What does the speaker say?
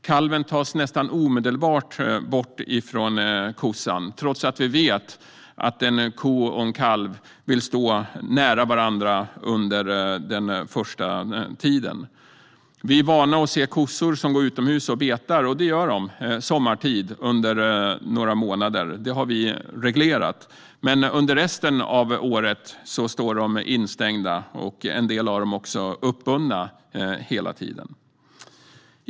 Kalven tas nästan omedelbart bort från kossan, trots att vi vet att en ko och en kalv vill stå nära varandra under den första tiden. Vi är vana att se kossor som går utomhus och betar. Det gör de sommartid under några månader; det har vi reglerat. Men under resten av året står de instängda, och en del av dem är också uppbundna hela tiden.